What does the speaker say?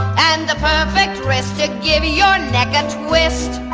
and the perfect resting. give me your neck and twist.